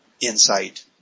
insight